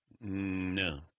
No